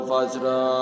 Vajra